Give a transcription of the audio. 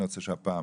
אני רוצה שהפעם.